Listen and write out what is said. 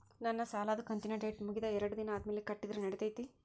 ನನ್ನ ಸಾಲದು ಕಂತಿನ ಡೇಟ್ ಮುಗಿದ ಎರಡು ದಿನ ಆದ್ಮೇಲೆ ಕಟ್ಟಿದರ ನಡಿತೈತಿ?